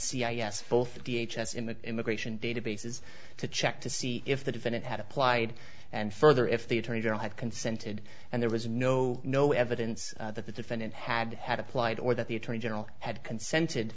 h s in the immigration databases to check to see if the defendant had applied and further if the attorney general had consented and there was no no evidence that the defendant had had applied or that the attorney general had consented